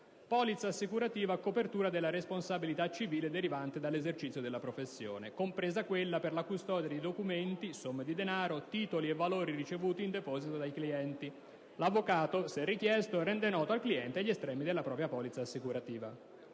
polizza assicurativa a copertura della responsabilità civile derivante dall'esercizio della professione, compresa quella per la custodia di documenti, somme di denaro, titoli e valori ricevuti in deposito dai clienti. L'avvocato, se richiesto, rende noti al cliente gli estremi della propria polizza assicurativa».